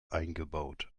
eingebaut